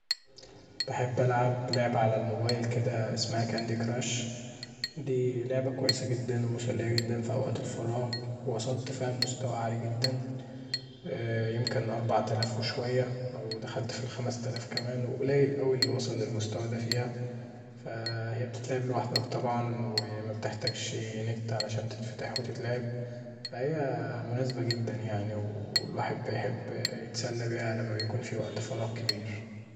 بحب ألعب لعبة علي الموبايل كدا أسمها كاندي كراش دي لعبت كويسه جدا ومسليه جدا في أوقات الفراغ، وصلت فيها لمستوي عالي جدا يمكن اربعتلاف وشويه او دخلت في الخمستلاف كمان وقليلاوي اللي وصل للمستوي دا فيها فهي بتتلعب لوحدك طبعا ومبتحتاجشي نت هشان تتفتح وتتلعب، فهي مناسبه جدا يعني، والواحد بيحب يتسلي بيها لما بيكون فيه وقت فراغ كبير.